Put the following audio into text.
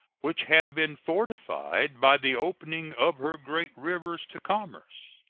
which have been fortified by the opening of her great rivers to commerce.